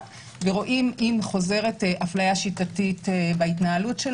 ורואים אם חוזרת הפליה שיטתית בהתנהלות.